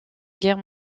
guerre